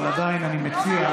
אבל עדיין אני מציע,